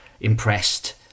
impressed